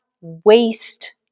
waste